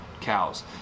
cows